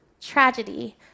Tragedy